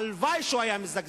הלוואי שהוא היה מזגזג.